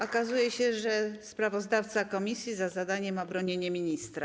Okazuje się, że sprawozdawca komisji ma za zadanie bronienie ministra.